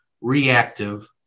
reactive